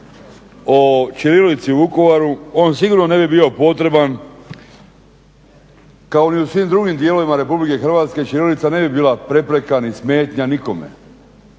o ćirilici u Vukovaru, on sigurno ne bi bio potreban, kao ni u svim drugim dijelovima RH ćirilica ne bi bila prepreka ni smetnja nikome.